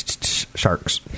sharks